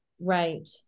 Right